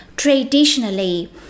Traditionally